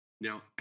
Now